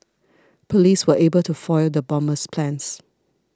police were able to foil the bomber's plans